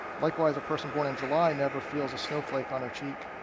likewise a person born in july never feels a snowflake on her cheek,